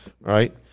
Right